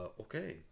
okay